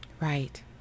Right